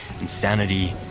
insanity